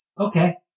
Okay